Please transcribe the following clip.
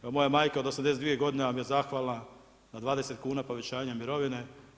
Evo, moja majka od 82 g. vam je zahvalna na 20 kn povećanja mirovine.